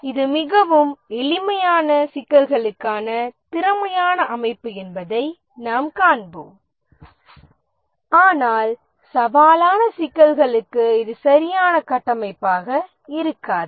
இது மிகவும் எளிமையான சிக்கல்களுக்கான திறமையான அமைப்பு என்பதை நாம் காண்போம் ஆனால் சவாலான சிக்கல்களுக்கு இது சரியான கட்டமைப்பாக இருக்காது